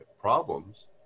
problems